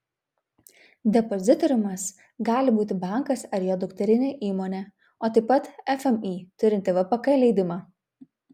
depozitoriumas gali būti bankas ar jo dukterinė įmonė o taip pat fmį turinti vpk leidimą